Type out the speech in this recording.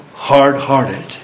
hard-hearted